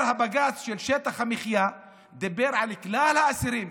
הבג"ץ של שטח המחיה דיבר על כלל האסירים